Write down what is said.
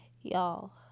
Y'all